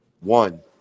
One